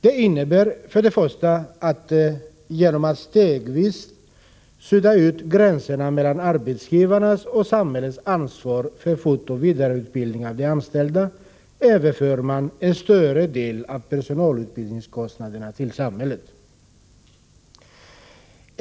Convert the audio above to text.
Det innebär för det första att man genom att stegvis sudda ut gränserna mellan arbetsgivarnas och samhällets ansvar för fortoch vidareutbildning av de anställda överför en större del av personalutbildningskostnaderna på samhället.